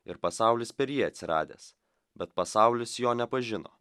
ir pasaulis per jį atsiradęs bet pasaulis jo nepažino